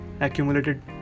Accumulated